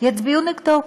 יצביעו נגדו.